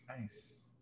nice